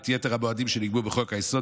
את יתר המועדים שנקבעו בחוק-היסוד,